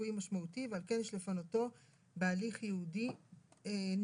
רפואי משמעותי ועל כן יש לפנותו בהליך ייעודי נפרד